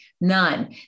none